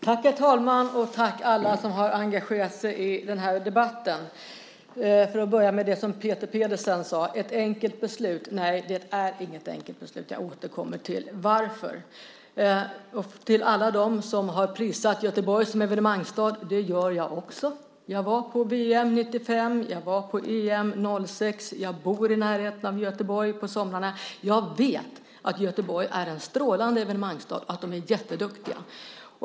Herr talman! Tack alla som har engagerat sig i den här debatten. Jag börjar med det som Peter Pedersen sade om ett enkelt beslut. Det är inget enkelt beslut. Jag återkommer till varför. Till alla som har prisat Göteborg som evenemangsstad vill jag säga att jag också gör det. Jag var på VM 1995. Jag var på EM 2006. Jag bor i närheten av Göteborg på somrarna. Jag vet att Göteborg är en strålande evenemangsstad och att de är jätteduktiga.